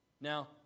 Now